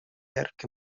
درک